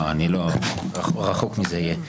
זה יהיה רחוק מזה.